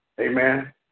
Amen